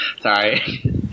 Sorry